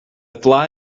fly